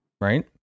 right